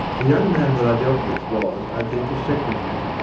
the young man that i dealt with was, i think, a secretary.